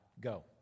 go